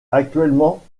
actuellement